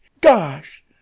Gosh